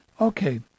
Okay